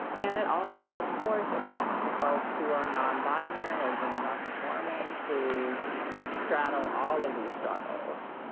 and it also of course extends to folks who are nonbinary or gender nonconforming who straddle all of these struggles.